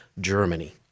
Germany